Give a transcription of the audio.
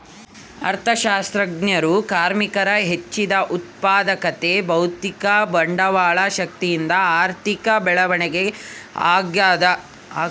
ಅರ್ಥಶಾಸ್ತ್ರಜ್ಞರು ಕಾರ್ಮಿಕರ ಹೆಚ್ಚಿದ ಉತ್ಪಾದಕತೆ ಭೌತಿಕ ಬಂಡವಾಳ ಶಕ್ತಿಯಿಂದ ಆರ್ಥಿಕ ಬೆಳವಣಿಗೆ ಆಗ್ತದ